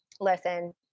listen